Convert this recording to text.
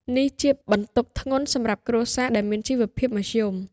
នេះជាបន្ទុកធ្ងន់សម្រាប់គ្រួសារដែលមានជីវភាពមធ្យម។